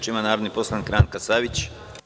Reč ima narodni poslanik Ranka Savić.